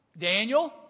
Daniel